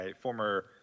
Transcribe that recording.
former